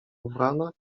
ubrana